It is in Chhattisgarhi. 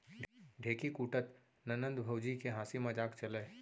ढेंकी कूटत ननंद भउजी के हांसी मजाक चलय